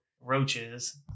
roaches